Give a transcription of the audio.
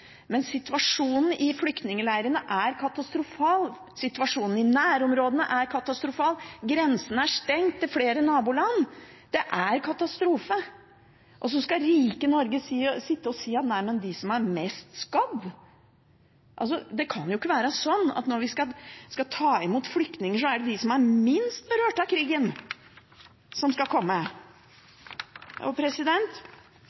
Situasjonen i flyktningleirene er katastrofal. Situasjonen i nærområdene er katastrofal. Grensene er stengt til flere naboland. Det er katastrofe. Og så skal rike Norge sitte og si nei til dem som er mest skadd. Det kan jo ikke være sånn at når vi skal ta imot flyktninger, er det de som er minst berørt av krigen, som skal